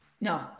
No